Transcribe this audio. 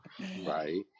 right